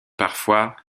parfois